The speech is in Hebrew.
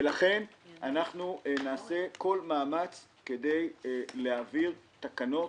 ולכן אנחנו נעשה כל מאמץ כדי להעביר תקנות